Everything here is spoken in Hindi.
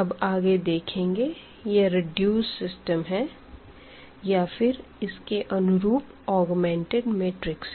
अब आगे देखेंगे यह रेड्यूस्ड सिस्टम है या फिर इसके अनुरूप ऑग्मेंटेड मैट्रिक्स है